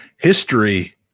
History